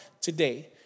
today